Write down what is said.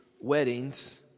weddings